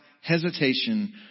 hesitation